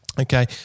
Okay